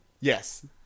Yes